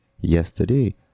yesterday